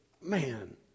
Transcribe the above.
man